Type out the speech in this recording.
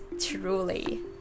truly